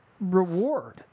reward